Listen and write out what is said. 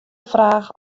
fraach